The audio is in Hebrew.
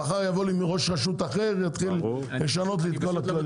מחר יבוא לי ראש רשות אחרת, ישנה לי את כל הכללים.